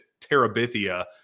Terabithia